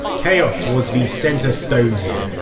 chaos was the centre stone here,